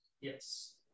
Yes